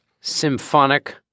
symphonic